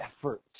effort